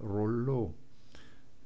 rollo